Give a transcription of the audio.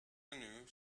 canoe